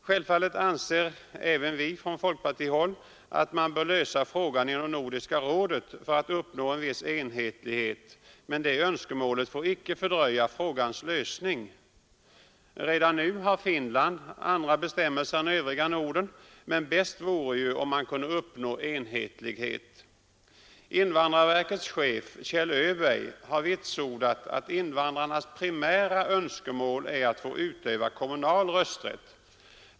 Självfallet anser även vi från folkpartihåll att man bör lösa frågan inom Nordiska rådet för att uppnå en viss enhetlighet, men det önskemålet får icke fördröja frågans lösning. Redan nu har Finland andra bestämmelser än övriga Norden, men bäst vore ju om man kunde uppnå enhetlighet. Invandrarverkets chef, Kjell Öberg, har vitsordat att invandrarnas primära önskemål är att få utöva kommunal rösträtt.